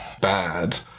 Bad